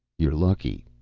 you're lucky.